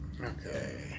Okay